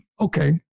Okay